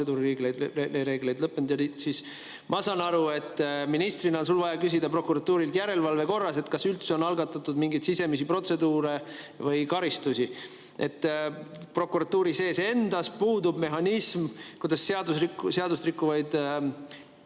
protseduurireegleid [rikkunud]. Ma saan aru, et ministrina on sul vaja küsida prokuratuurilt järelevalve korras, kas üldse on algatatud mingeid sisemisi protseduure või karistusi. Prokuratuuri enda sees puudub mehhanism, kuidas seadust rikkuvaid